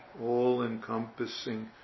all-encompassing